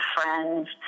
friends